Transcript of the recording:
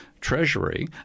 treasury